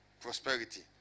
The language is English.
prosperity